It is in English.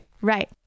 Right